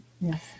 Yes